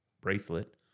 bracelet